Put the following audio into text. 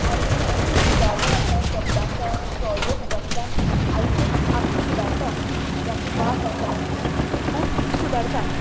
आनी आमची उतरावळ आसा शब्द आसा ती ऑडियो बुकांतल्यान आयकून आमची सुदारता ही आमची भास आसा ती खूब सुदारता